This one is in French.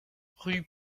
rue